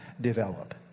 develop